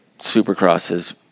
supercrosses